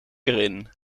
erin